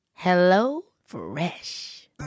HelloFresh